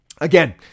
Again